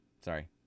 Sorry